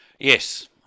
Yes